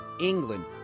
England